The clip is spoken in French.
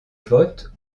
vote